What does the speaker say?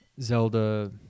Zelda